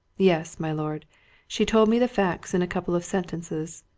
yes, my lord she told me the facts in a couple of sentences.